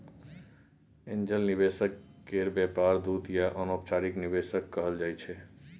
angel निवेशक केर व्यापार दूत या अनौपचारिक निवेशक कहल जाइ छै